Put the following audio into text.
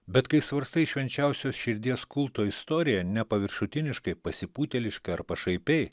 bet kai svarstai švenčiausios širdies kulto istoriją nepaviršutiniškai pasipūtėliškai ar pašaipiai